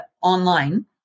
online